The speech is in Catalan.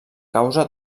causa